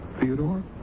Theodore